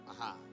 Aha